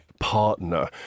partner